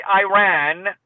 Iran